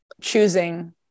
choosing